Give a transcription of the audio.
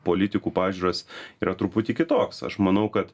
politikų pažiūras yra truputį kitoks aš manau kad